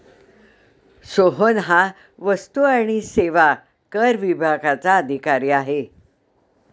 सोहन हा वस्तू आणि सेवा कर विभागाचा अधिकारी आहे